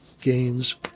gains